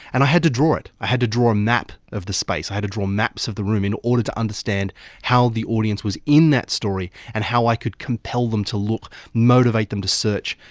and i had to draw it, i had to draw a map of the space, i had to draw maps of the room in order to understand how the audience was in that story and how i could compel them to look, motivate motivate them to search,